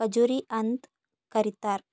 ಖಜುರಿ ಅಂತ್ ಕರಿತಾರ್